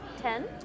Ten